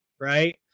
right